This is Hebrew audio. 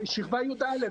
שכבת י"א,